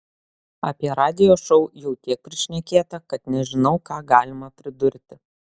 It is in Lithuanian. apie radijo šou jau tiek prišnekėta kad nežinau ką galima pridurti